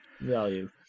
Value